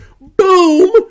Boom